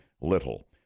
little